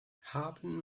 haben